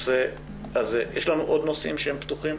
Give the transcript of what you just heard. יש לנו נושאים נוספים פתוחים?